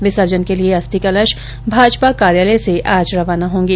विसर्जन के लिये अस्थि कलश भाजपा कार्यालय से आज रवाना होंगे